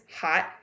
hot